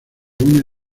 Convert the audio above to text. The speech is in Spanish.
une